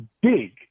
big